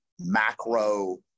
macro